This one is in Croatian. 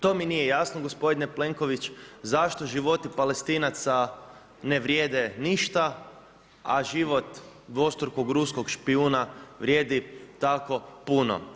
To mi nije jasno gospodine Plenković zašto životi Palestinaca ne vrijede ništa, a život dvostrukog ruskog špijuna vrijedi tako puno.